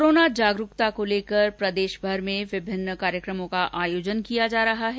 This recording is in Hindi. कोरोना जागरूकता को लेकर प्रदेशभर में भी विभिन्न कार्यक्रमों का आयोजन किया जा रहा है